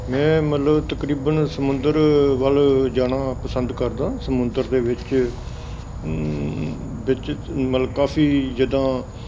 ਮੈਂ ਮਤਲਬ ਤਕਰੀਬਨ ਸਮੁੰਦਰ ਵੱਲ ਜਾਣਾ ਪਸੰਦ ਕਰਦਾ ਸਮੁੰਦਰ ਦੇ ਵਿੱਚ ਵਿੱਚ ਮਲ ਕਾਫੀ ਜਿੱਦਾਂ